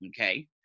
okay